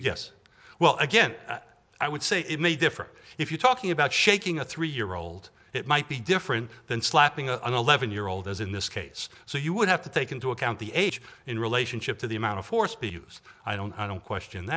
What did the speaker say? yes well again i would say it may differ if you're talking about shaking a three year old it might be different than slapping an eleven year old as in this case so you would have to take into account the age in relationship to the amount of force b use i don't i don't question